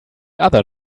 other